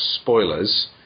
spoilers